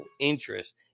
interest